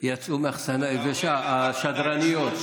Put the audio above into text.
יצאו מאחסנה יבשה, השדרניות.